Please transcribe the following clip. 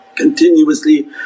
continuously